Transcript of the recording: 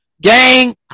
Gang